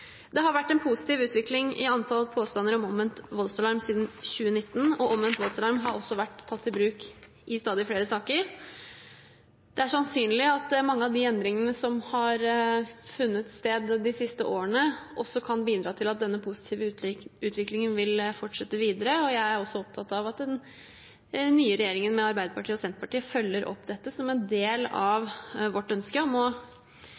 Det har vært en positiv utvikling i antall påstander om omvendt voldsalarm siden 2019, og omvendt voldsalarm har også vært tatt i bruk i stadig flere saker. Det er sannsynlig at mange av de endringene som har funnet sted de siste årene, også kan bidra til at denne positive utviklingen vil fortsette videre. Jeg er også opptatt av at den nye regjeringen med Arbeiderpartiet og Senterpartiet følger opp dette som en del av vårt ønske om å styrke innsatsen mot vold og